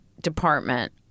department